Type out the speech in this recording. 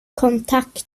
kontakt